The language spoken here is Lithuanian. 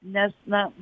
nes na